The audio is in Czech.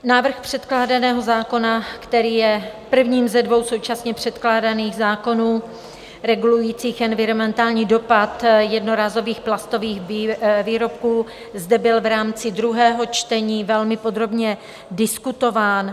Návrh předkládaného zákona, který je první ze dvou současně předkládaných zákonů regulujících environmentální dopad jednorázových plastových výrobků, zde byl v rámci druhého čtení velmi podrobně diskutován.